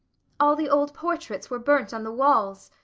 all the old portraits were burnt on the walls.